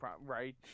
Right